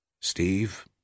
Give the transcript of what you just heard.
Steve